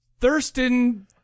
Thurston